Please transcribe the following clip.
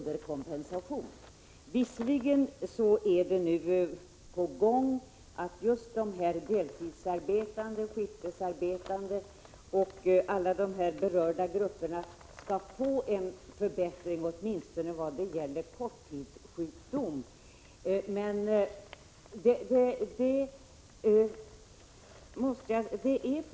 Det är visserligen på gång att de berörda grupperna, t.ex. deltidsarbetande och skiftarbetande, skall få en 9 förbättring åtminstone vad gäller korttidssjukdom.